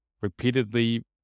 repeatedly